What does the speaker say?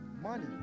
money